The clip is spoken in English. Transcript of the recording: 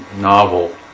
novel